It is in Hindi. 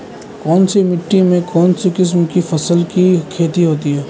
कौनसी मिट्टी में कौनसी किस्म की फसल की खेती होती है?